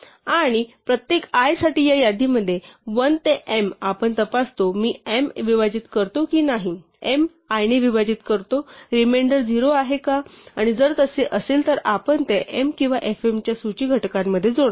आणि प्रत्येक i साठी या यादीमध्ये 1 ते m आपण तपासतो मी m विभाजित करतो की नाही m i ने विभाजित करतो रिमेंडर 0 आहे का आणि जर तसे असेल तर आपण ते m किंवा fm च्या सूची घटकांमध्ये जोडतो